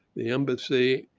the embassy,